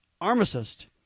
armistice